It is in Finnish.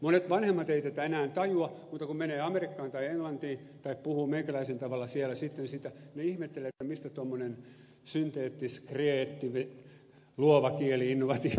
monet vanhemmat eivät tätä enää tajua mutta kun menee amerikkaan tai englantiin tai puhuu meikäläisen tavalla siellä sitten sitä he ihmettelevät mistä tuommoinen luova kieli innovatiivinen tulee